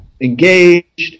engaged